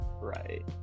right